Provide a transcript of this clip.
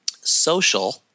social